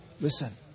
Listen